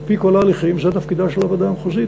על-פי כל ההליכים זה תפקידה של הוועדה המחוזית,